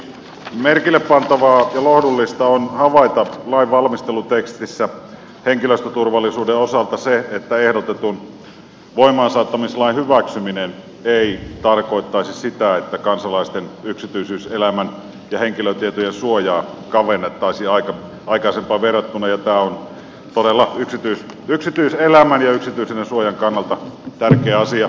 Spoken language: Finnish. merkille pantavaa ja lohdullista on havaita lain valmistelutekstissä henkilöstöturvallisuuden osalta se että ehdotetun voimaansaattamislain hyväksyminen ei tarkoittaisi sitä että kansalaisten yksityisyyselämän ja henkilötietojen suojaa kavennettaisiin aikaisempaan verrattuna ja tämä on todella yksityiselämän ja yksityisyydensuojan kannalta tärkeä asia